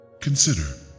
Consider